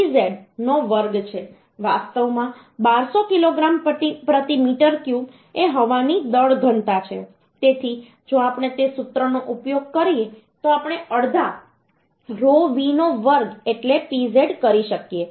6vz નો વર્ગ છે વાસ્તવમાં 1200 કિગ્રા પ્રતિ મીટર ક્યુબ એ હવાની દળ ઘનતા છે તેથી જો આપણે તે સૂત્રનો ઉપયોગ કરીએ તો આપણે અડધા rho v નો વર્ગ એટલે pz કરી શકીએ